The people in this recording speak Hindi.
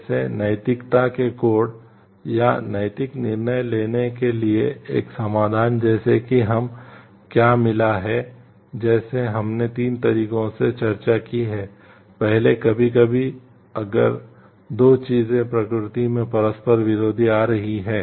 जैसे नैतिकता के कोड या नैतिक निर्णय लेने के लिए एक समाधान जैसे कि हमें क्या मिला है जैसे हमने 3 तरीकों से चर्चा की है पहले कभी कभी अगर 2 चीजें प्रकृति में परस्पर विरोधी आ रही हैं